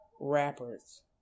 Rappers